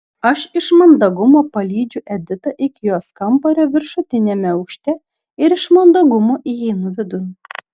aš iš mandagumo palydžiu editą iki jos kambario viršutiniame aukšte ir iš mandagumo įeinu vidun